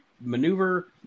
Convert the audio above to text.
maneuver